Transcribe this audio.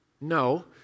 No